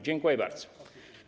Dziękuję bardzo.